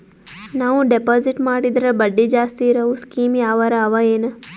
ನಾವು ಡೆಪಾಜಿಟ್ ಮಾಡಿದರ ಬಡ್ಡಿ ಜಾಸ್ತಿ ಇರವು ಸ್ಕೀಮ ಯಾವಾರ ಅವ ಏನ?